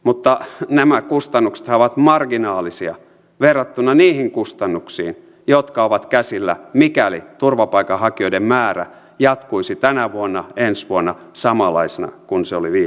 mutta nämä kustannuksethan ovat marginaalisia verrattuna niihin kustannuksiin jotka ovat käsillä mikäli turvapaikanhakijoiden määrä jatkuisi tänä vuonna ensi vuonna samanlaisena kuin se oli viime vuonna